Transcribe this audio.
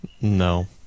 No